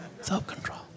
self-control